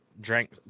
drank